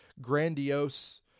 grandiose